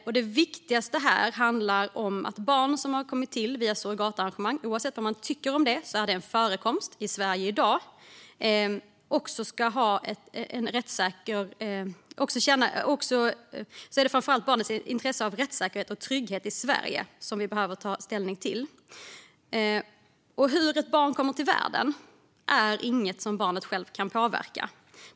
När det gäller barn som har kommit till via surrogatarrangemang - oavsett vad man tycker om det förekommer det i Sverige i dag - är det framför allt barnets intresse av rättssäkerhet och trygghet i Sverige som vi behöver ta ställning till. Hur ett barn kommer till världen är inget som barnet självt kan påverka.